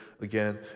again